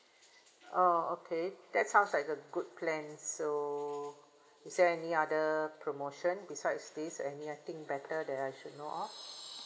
oh okay that sounds like a good plan so is there any other promotion besides this any I think better than I should know of